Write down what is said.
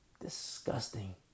Disgusting